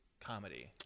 comedy